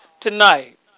tonight